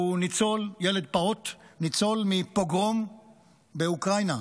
ילד פעוט, ניצול מפוגרום באוקראינה.